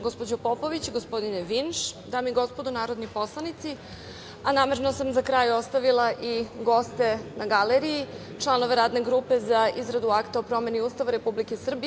Gospođo Popović, gospodine Vinš, dame i gospodo narodni poslanici, a namerno sam za kraj ostavila i goste na galeriji, članove Radne grupe za izradu Akta o promeni Ustava Republike Srbije.